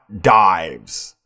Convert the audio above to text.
dives